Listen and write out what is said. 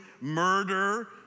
murder